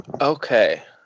Okay